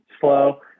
slow